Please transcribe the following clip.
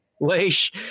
leash